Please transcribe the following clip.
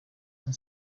and